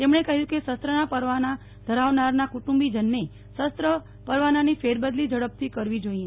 તેમણે કહ્યું કે શસ્ત્રના પરવાના ધરાવનારના કુટુંબીજનને શસ્ત્ર પરવાનાની ફેરબદલી ઝડપથી કરવી જોઇએ